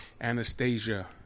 Anastasia